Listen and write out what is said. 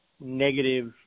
negative